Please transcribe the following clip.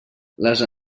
les